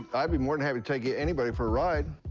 i'd be more than happy to take anybody for a ride.